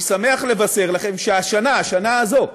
אני שמח לבשר לכם שהשנה, השנה הזו,